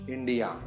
India